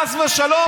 חס ושלום,